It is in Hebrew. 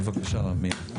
בבקשה, מירי.